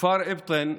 בכפר אבטין,